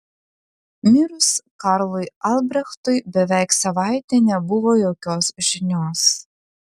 mirus karlui albrechtui beveik savaitę nebuvo jokios žinios